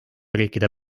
riikide